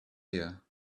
here